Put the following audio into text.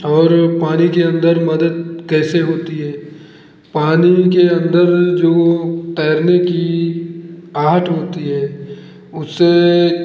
और पानी के अंदर मदद कैसे होती है पानी के अंदर जो तैरने की आहट होती है उससे